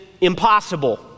impossible